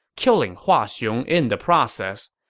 killing hua xiong in the process.